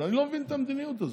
אז אני לא מבין את המדיניות הזאת.